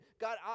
God